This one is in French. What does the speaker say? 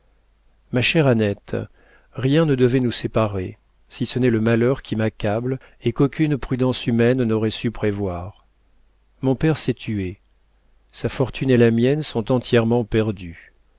ma chère annette rien ne devait nous séparer si ce n'est le malheur qui m'accable et qu'aucune prudence humaine n'aurait su prévoir mon père s'est tué sa fortune et la mienne sont entièrement perdues